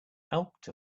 out